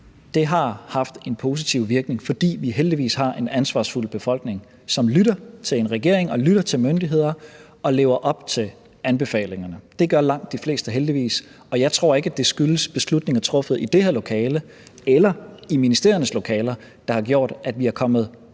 uger, har haft en positiv virkning, fordi vi heldigvis har en ansvarsfuld befolkning, som lytter til en regering og lytter til myndigheder og lever op til anbefalingerne. Det gør langt de fleste heldigvis, og jeg tror ikke, at det er beslutninger truffet i det her lokale eller i ministeriernes lokaler, der har gjort, at vi er kommet